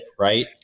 right